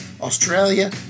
Australia